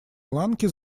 ланки